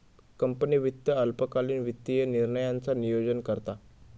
company वित्त अल्पकालीन वित्तीय निर्णयांचा नोयोजन करता